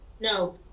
no